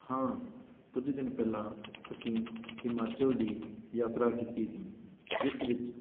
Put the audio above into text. ਹਾਂ ਕੁਝ ਦਿਨ ਪਹਿਲਾਂ ਅਸੀਂ ਹਿਮਾਚਲ ਦੀ ਯਾਤਰਾ ਕੀਤੀ ਸੀ ਜਿਸ ਵਿੱਚ